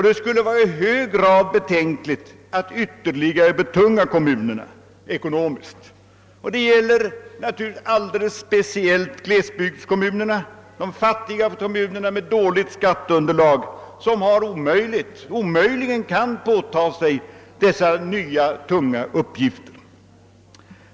Det skulle vara i hög grad betänkligt att ytterligare betunga kommunerna ekonomiskt. Detta gäller alldeles speciellt glesbygdskommunerna, de fattiga kommunerna med dåligt skatteunderlag som omöjligen kan åta sig nya tunga uppgifter.